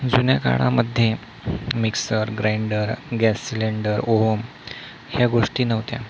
जुन्या काळामध्ये mixer grinder gas cylinder ओवम ह्या गोष्टी नव्हत्या